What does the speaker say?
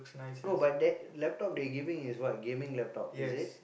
no but that laptop they giving is what gaming laptop is it